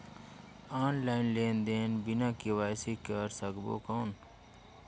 Online लेनदेन बिना KYC कर सकबो कौन??